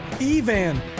Evan